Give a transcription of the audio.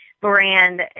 brand